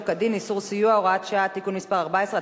כדין (איסור סיוע) (הוראות שעה) (תיקון מס' 14),